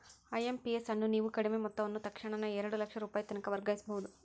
IMPS ಅನ್ನು ನೇವು ಕಡಿಮಿ ಮೊತ್ತವನ್ನ ತಕ್ಷಣಾನ ಎರಡು ಲಕ್ಷ ರೂಪಾಯಿತನಕ ವರ್ಗಾಯಿಸ್ಬಹುದು